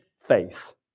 faith